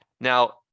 Now